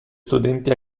studenti